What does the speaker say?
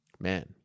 Man